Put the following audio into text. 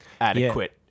adequate